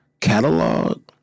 catalog